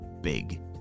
big